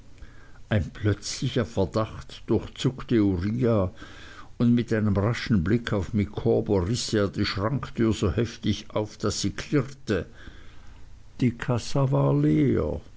ein plötzlicher verdacht durchzuckte uriah und mit einem raschen blick auf micawber riß er die schranktür so heftig auf daß sie klirrte die kassa war leer